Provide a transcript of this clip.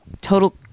total